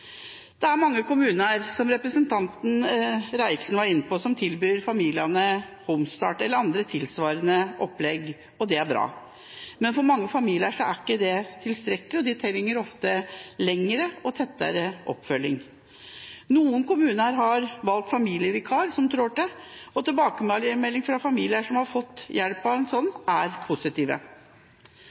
Det er mange kommuner, som representanten Reiertsen var inne på, som tilbyr familiene Home-Start eller andre tilsvarende opplegg, og det er bra! Men for mange familier er ikke det tilstrekkelig. De trenger ofte lengre og tettere oppfølging. Noen kommuner har familievikar som trår til, og tilbakemeldinger fra familier som har fått hjelp av en familievikar, er positive.